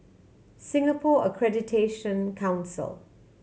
Singapore Accreditation Council